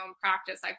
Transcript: practice